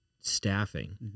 staffing